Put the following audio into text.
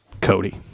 Cody